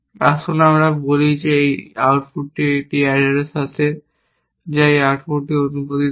আসুন আমরা বলি যে এই আউটপুটটি একটি অ্যাডারের সাথে এবং এই আউটপুটটি উত্পাদিত হয়